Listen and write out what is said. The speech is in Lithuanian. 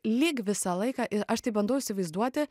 lyg visą laiką ir aš tai bandau įsivaizduoti